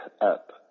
up